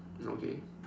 okay